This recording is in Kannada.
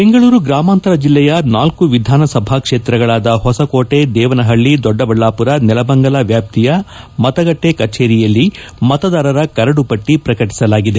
ಬೆಂಗಳೂರು ಗ್ರಾಮಾಂತರ ಜಿಲ್ಲೆಯ ನಾಲ್ಲು ವಿಧಾನಸಭಾ ಕ್ಷೇತ್ರಗಳಾದ ಹೊಸಕೋಟೆ ದೇವನಪಳ್ಳ ದೊಡ್ಡಬಳ್ಳಾಪುರ ನೆಲಮಂಗಲ ವ್ಯಾಪ್ತಿಯ ಮತಗಟ್ಟೆ ಕಚೇರಿಯಲ್ಲಿ ಮತದಾರರ ಕರಡುಪಟ್ಟಿ ಪ್ರಕಟಿಸಲಾಗಿದೆ